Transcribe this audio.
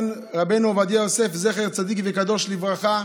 רבנו עובדיה יוסף, זכר צדיק וקדוש לברכה: